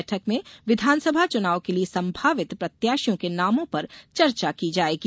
बैठक में विधानसभा चुनाव के लिये सम्भावित प्रत्याशियों के नामों पर चर्चा की जायेगी